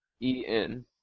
E-N